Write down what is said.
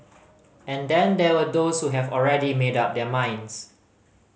and then there were those who have already made up their minds